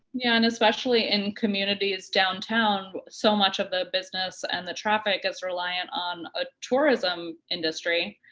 yeah and especially in communities downtown, so much of the business and the traffic is reliant on a tourism industry.